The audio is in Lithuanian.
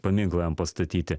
paminklą jam pastatyti